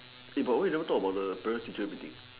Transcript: eh but why you never talk about the parents teacher meeting